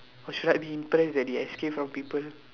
or should I be impressed that they escaped from people